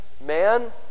man